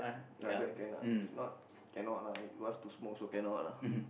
right that can lah cannot lah he wants to smoke also cannot lah